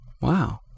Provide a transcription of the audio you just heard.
wow